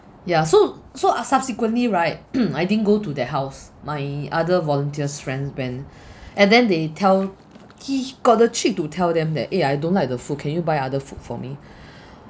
ya so so ah subsequently right I didn't go to that house my other volunteers friends went and then they tell he got the cheek to tell them that eh I don't like the food can you buy other food for me